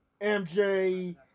MJ